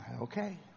Okay